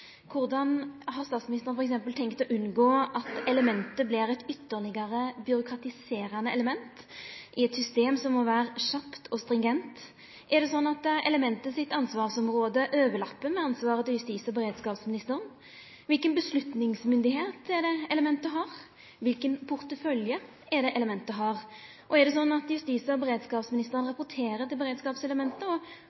Korleis har statsministeren f.eks. tenkt å unngå at elementet vert eit ytterlegare byråkratiserande element i eit system som må vera kjapt og stringent? Er det sånn at ansvarsområdet til elementet overlappar med ansvaret til justis- og beredskapsministeren? Kva for avgjerdsfullmakt har elementet? Kva for portefølje har elementet? Er det sånn at justis- og beredskapsministeren